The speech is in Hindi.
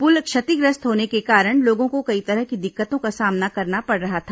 पुल क्षतिग्रस्त होने के कारण लोगों को कई तरह की दिक्कतों का सामना करना पड़ रहा था